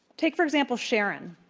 take, for example, sharon,